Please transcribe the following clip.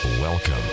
Welcome